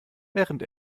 während